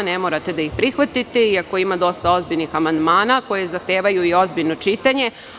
Ne morate da ih prihvatite, iako ima dosta ozbiljnih amandmana koji zahtevaju i ozbiljno čitanje.